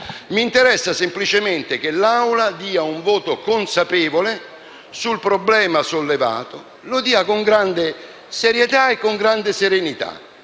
mi interessa semplicemente che l'Assemblea dia un voto consapevole sul problema sollevato e lo dia con grande serietà e con grande serenità